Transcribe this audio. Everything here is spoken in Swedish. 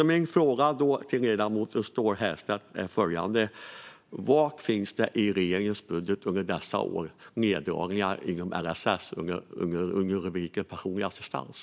Min fråga till ledamoten Ståhl Herrstedt är följande: Var finns det i regeringens budget under dessa år neddragningar inom LSS under rubriken Personlig assistans?